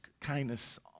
kindness